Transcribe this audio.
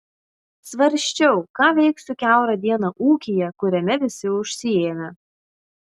svarsčiau ką veiksiu kiaurą dieną ūkyje kuriame visi užsiėmę